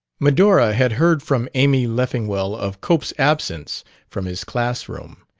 medora had heard from amy leffingwell of cope's absence from his class-room.